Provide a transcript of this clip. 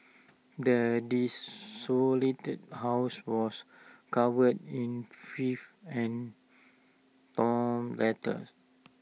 the desolated house was covered in fief and down letters